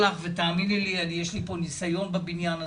תאמיני לי, יש לי פה ניסיון בבניין הזה,